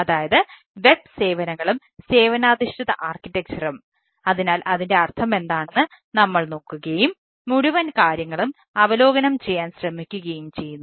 അതിനാൽ അതിന്റെ അർത്ഥമെന്താണെന്ന് നമ്മൾ നോക്കുകയും മുഴുവൻ കാര്യങ്ങളും അവലോകനം ചെയ്യാൻ ശ്രമിക്കുകയും ചെയ്യുന്നു